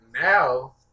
now